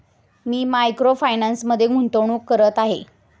मी micro फायनान्समध्ये गुंतवणूक करत आहे